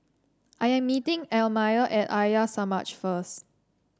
I am meeting Elmire at Arya Samaj first